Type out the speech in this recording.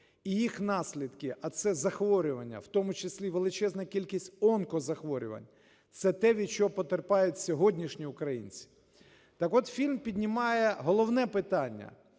і їх наслідки, а це захворювання, в тому числі величезна кількість онкозахворювань, це те, від чого потерпають сьогоднішні українці. Так от фільм піднімає головне питання: